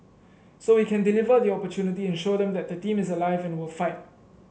so we can deliver the opportunity and show them that the team is alive and will fight